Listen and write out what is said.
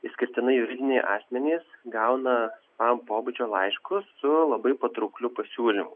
išskirtinai juridiniai asmenys gauna a pobūdžio laiškus su labai patraukliu pasiūlymu